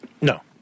No